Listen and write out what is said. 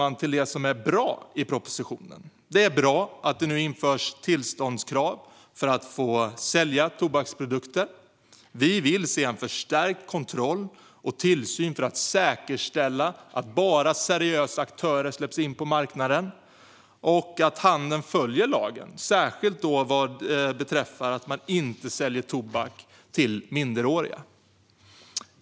Åter till det som är bra i propositionen! Det är bra att det nu införs tillståndskrav för att få sälja tobaksprodukter. Vi vill se förstärkt kontroll och tillsyn för att säkerställa att bara seriösa aktörer släpps in på marknaden och att handeln följer lagen, särskilt vad beträffar att man inte säljer tobak till minderåriga.